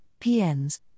PNs